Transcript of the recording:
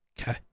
Okay